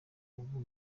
ubu